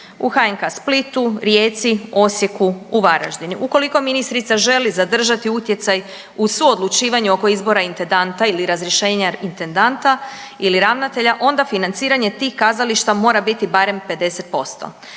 u HNK-a Splitu, Rijeci, Osijeku u Varaždinu. Ukoliko ministrica želi zadržati utjecaj u suodlučivanju oko izbora intendanta ili razrješenja intendanta ili ravnatelja onda financiranje tih kazališta mora biti barem 50%.